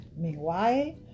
Meanwhile